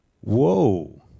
Whoa